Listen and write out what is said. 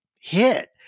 hit